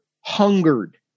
hungered